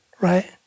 right